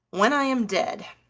when i am dead,